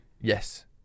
Yes